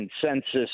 consensus